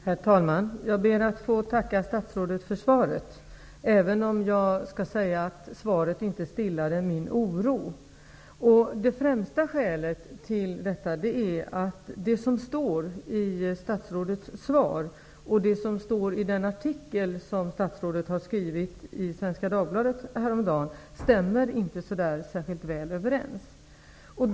Herr talman! Jag ber att få tacka statsrådet för svaret, även om det inte stillar min oro. Det främsta skälet till detta är att det som står i statsrådets svar och det som står i den artikel som statsrådet har skrivit i Svenska Dagbladet häromdagen inte stämmer särskilt väl överens.